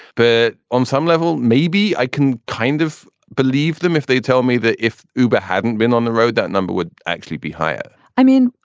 on some level, maybe i can kind of believe them if they tell me that if uber hadn't been on the road, that number would actually be higher i mean,